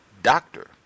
doctor